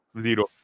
Zero